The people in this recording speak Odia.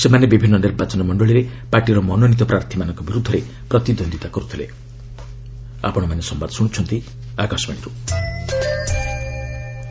ସେମାନେ ବିଭିନ୍ନ ନିର୍ବାଚନ ମଣ୍ଡଳିରେ ପାର୍ଟିର ମନୋନୀତ ପ୍ରାର୍ଥମାନଙ୍କ ବିରୁଦ୍ଧରେ ପ୍ରତିଦ୍ୱନ୍ଦ୍ୱିତା କର୍ତ୍ତ୍ୱପଲେ